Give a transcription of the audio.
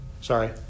Sorry